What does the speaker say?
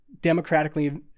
democratically